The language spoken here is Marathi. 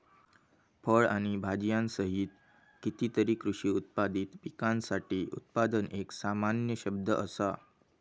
फळ आणि भाजीयांसहित कितीतरी कृषी उत्पादित पिकांसाठी उत्पादन एक सामान्य शब्द असा